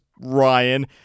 Ryan